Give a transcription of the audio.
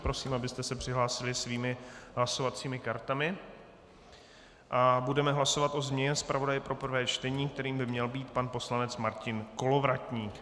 Prosím, abyste se přihlásili svými hlasovacími kartami, a budeme hlasovat o změně zpravodaje pro prvé čtení, kterým by měl být pan poslanec Martin Kolovratník.